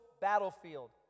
battlefield